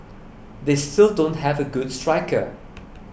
they still don't have a good striker